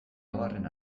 oharren